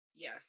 Yes